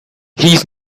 he’s